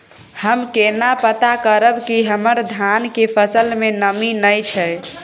हम केना पता करब की हमर धान के फसल में नमी नय छै?